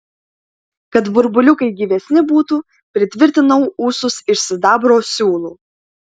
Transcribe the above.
kad burbuliukai gyvesni būtų pritvirtinau ūsus iš sidabro siūlų